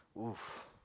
Oof